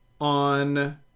on